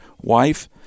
wife